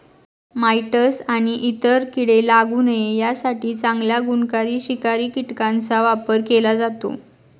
mites आणि इतर कीडे लागू नये यासाठी चांगल्या गुणकारी शिकारी कीटकांचा वापर केला जातो